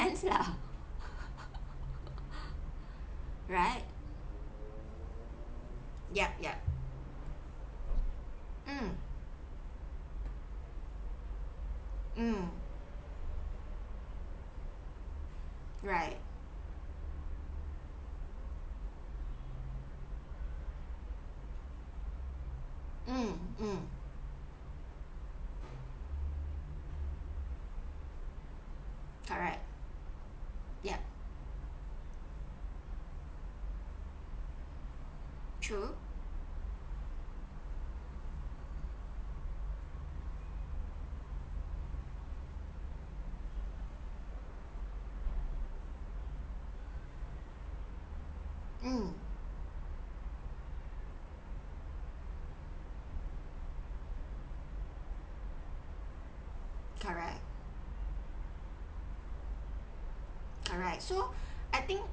sense lah right yup yup mm mm right mm mm correct yup true mm correct correct so I think